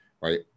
right